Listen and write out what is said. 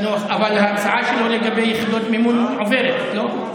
אבל ההצעה שלו לגבי יחידות מימון עובדת, לא?